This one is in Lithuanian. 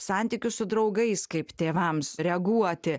santykius su draugais kaip tėvams reaguoti